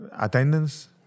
Attendance